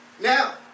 now